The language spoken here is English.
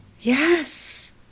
Yes